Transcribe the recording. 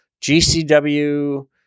GCW